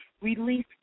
release